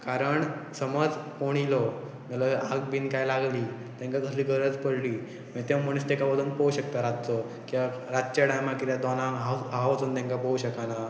कारण समज कोण येयलो जाल्यार आग बीन कांय लागली तेंकां कसली गरज पडली मागीर ते मनीस तेंकां वचोन पोवं शकता रातचो किद्याक रातच्या टायमार किद्या दोना हांव वचोन तेंकां पोवं शकना